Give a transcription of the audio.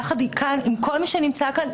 יחד עם כל מי שנמצא כאן,